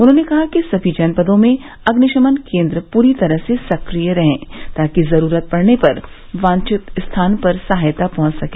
उन्होंने कहा कि समी जनपदों में अग्निशमन केन्द्र पूरी तरह से सक्रिय रहे ताकि जरूरत पड़ने पर वांछित स्थान पर सहायता पहुंच सके